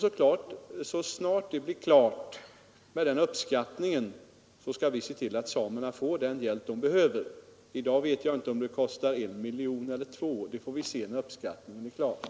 Så snart det blir klart med den uppskattningen skall vi se till att samerna får den hjälp de behöver. I dag vet jag inte om det kostar 1 miljon eller 2 miljoner; det får vi se när siffrorna föreligger.